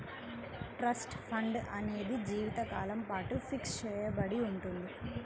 trust fund అనేది జీవితకాలం పాటు ఫిక్స్ చెయ్యబడి ఉంటుంది